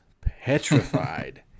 petrified